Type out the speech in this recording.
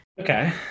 Okay